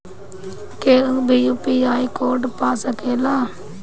केहू भी UPI code पा सकेला?